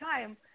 time